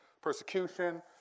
persecution